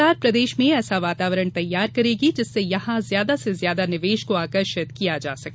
सरकार प्रदेश में ऐसा वातावरण तैयार करेगी जिससे यहां ज्यादा से ज्यादा निवेश को आकर्षित किया जा सके